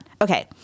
Okay